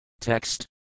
Text